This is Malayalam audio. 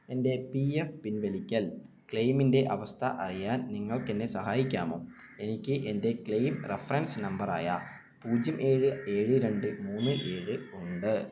എൻ്റെ പി എഫ് പിൻവലിക്കൽ ക്ലെയിമിൻ്റെ അവസ്ഥ അറിയാൻ നിങ്ങൾക്കെന്നെ സഹായിക്കാമോ എനിക്ക് എൻ്റെ ക്ലെയിം റഫറൻസ് നമ്പറായ പൂജ്യം ഏഴ് ഏഴ് രണ്ട് മൂന്ന് ഏഴ് ഉണ്ട്